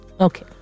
Okay